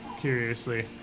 curiously